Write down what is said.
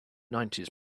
nineties